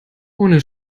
ohne